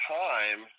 time